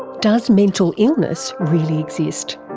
does mental illness really exist?